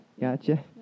Gotcha